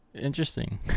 interesting